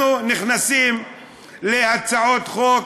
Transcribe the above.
אנחנו נכנסים להצעות חוק,